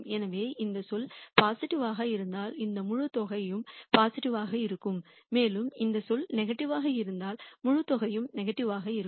எனவே இந்த சொல் பாசிட்டிவ் யாக இருந்தால் இந்த முழுத் தொகையும் பாசிட்டிவ் யாக இருக்கும் மேலும் இந்த சொல் நெகட்டிவாக இருந்தால் முழுத் தொகையும் நெகட்டிவாக இருக்கும்